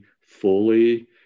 fully